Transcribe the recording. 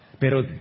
Pero